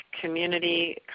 Community